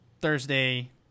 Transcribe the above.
Thursday